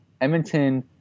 Edmonton